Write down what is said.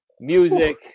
music